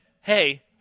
hey